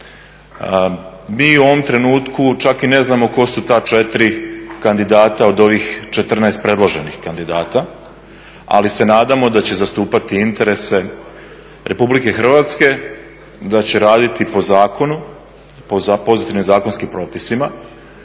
Mi u ovom trenutku čak i ne znamo tko su ta 4 kandidata od ovih 14 predloženih kandidata, ali se nadamo da će zastupati interese RH, da će raditi po zakonu i pozitivnim zakonskim propisima,